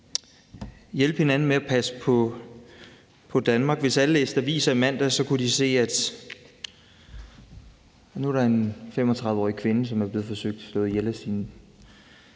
hjælpe hinanden med at passe på Danmark. Hvis alle læste aviser i mandags, kunne de se, at nu er der en 35-årig kvinde, som er blevet forsøgt slået ihjel af sin